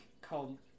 called